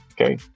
okay